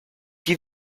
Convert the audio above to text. wie